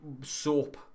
soap